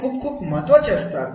हेच खूप खूप महत्त्वाचे असतात